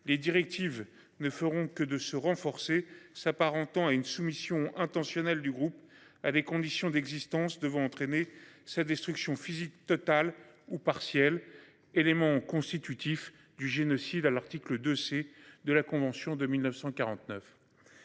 Les directives ne feront que de se renforcer, s'apparentant à une soumission intentionnelle du groupe à des conditions d'existence devant entraîner sa destruction physique totale ou partielle, élément constitutif du génocide à l'article de. C'est de la convention de 1949.